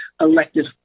elected